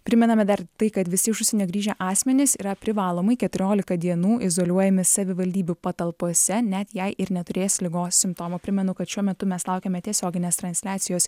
primename dar tai kad visi iš užsienio grįžę asmenys yra privalomai keturiolika dienų izoliuojami savivaldybių patalpose net jei ir neturės ligos simptomų primenu kad šiuo metu mes laukiame tiesioginės transliacijos